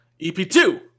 EP2